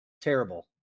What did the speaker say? Terrible